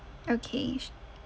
okay